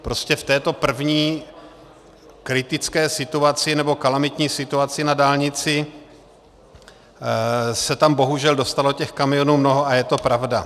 Prostě v této první kritické, kalamitní situaci na dálnici se tam bohužel dostalo těch kamionů mnoho a je to pravda.